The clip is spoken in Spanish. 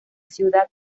ciudad